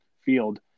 field